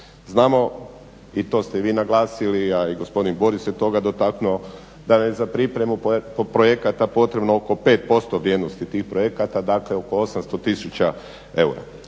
Znamo i to ste i vi naglasili, a i gospodin Boris se toga dotaknuo, da je za pripremu projekata potrebno oko 5% vrijednosti tih projekata, dakle oko 800 000 eura.